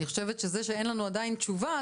אני חושבת שזה שאין לנו עדיין תשובה,